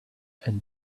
and